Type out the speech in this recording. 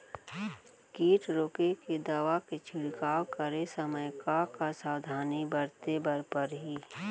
किट रोके के दवा के छिड़काव करे समय, का का सावधानी बरते बर परही?